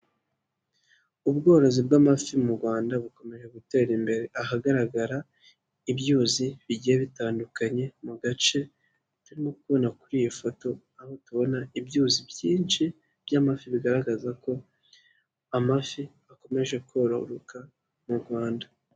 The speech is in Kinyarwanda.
Ubworozi bw'amafi mu Rwanda bukomeje gutera imbere ahagaragara ibyuzi bigiye bitandukanye mu gace turimo kubona kuri iyo foto, aho tubona ibyuzi byinshi by'amafi bigaragaza ko amafi akomeje kororoka mu Rwanda.